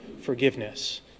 forgiveness